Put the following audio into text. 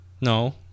No